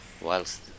whilst